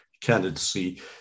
candidacy